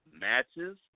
matches